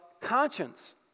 conscience